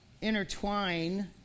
intertwine